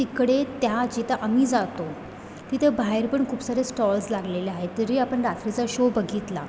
तिकडे त्या जिथं आम्ही जातो तिथं बाहेर पण खूप सारे स्टाॅल्स लागलेले आहेत तरी आपण रात्रीचा शो बघितला